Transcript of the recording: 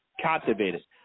captivated